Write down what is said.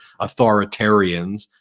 authoritarians